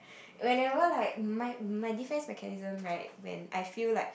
whenever like my my this type mechanism right when I feel like